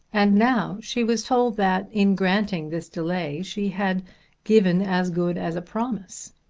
and now she was told that in granting this delay she had given as good as a promise!